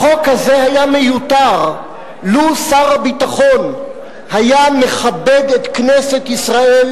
החוק הזה היה מיותר לו שר הביטחון היה מכבד את כנסת ישראל,